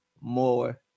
more